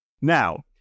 Now